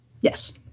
Yes